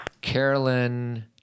Carolyn